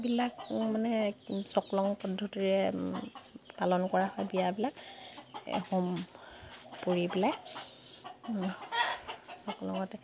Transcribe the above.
বিলাক মানে চকলং পদ্ধতিৰে পালন কৰা হয় বিয়াবিলাক হোম পুৰি পেলাই চকলঙতে